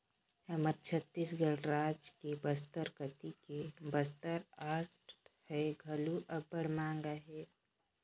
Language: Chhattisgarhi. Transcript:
हमर छत्तीसगढ़ राज के बस्तर कती के बस्तर आर्ट ह घलो अब्बड़ मांग अहे